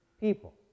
people